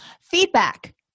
feedback